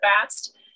fast